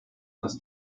dass